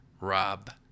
Rob